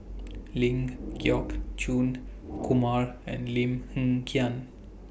Ling Geok Choon Kumar and Lim Hng Kiang